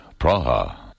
Praha